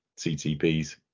CTPs